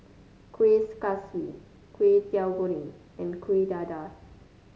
Kueh Kaswi Kway Teow Goreng and Kueh Dadar